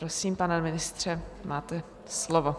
Prosím, pane ministře, máte slovo.